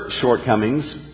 shortcomings